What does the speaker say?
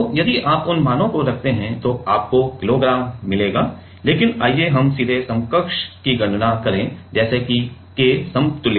यदि आप उन मानों को रखते हैं तो आपको किलो मिलेगा लेकिन आइए हम सीधे समकक्ष की गणना करें जैसे कि K समतुल्यता